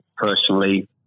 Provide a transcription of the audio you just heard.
Personally